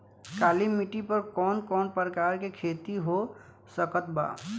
काली मिट्टी पर कौन कौन प्रकार के खेती हो सकत बा?